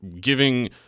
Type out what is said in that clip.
giving